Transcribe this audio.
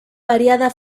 variada